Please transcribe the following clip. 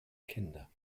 kinder